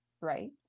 right